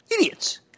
idiots